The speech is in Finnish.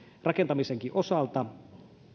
rakentamisenkin osalta